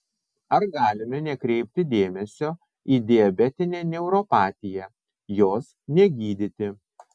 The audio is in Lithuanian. ar galime nekreipti dėmesio į diabetinę neuropatiją jos negydyti